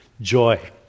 joy